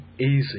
easy